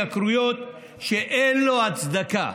גל התייקרויות שאין לו הצדקה,